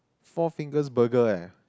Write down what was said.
Four-Fingers Burger eh